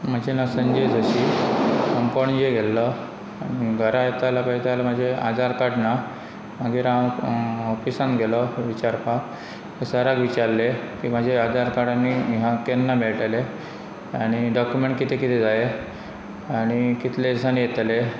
म्हजें नांव संजय जोशी पणजे गेल्लों आनी घरा येतालों पळयता जाल्यार म्हाजें आधार कार्ड ना मागीर हांव ऑफिसान गेलों विचारपाक सराक विचारलें की म्हाजें आधार कार्ड आनी हिंगा केन्ना मेळटलें आनी डॉक्युमॅंट कितें कितें जाय आनी कितलें दिसानी येतलें